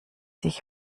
sich